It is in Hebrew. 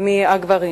משל הגברים.